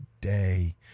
day